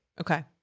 Okay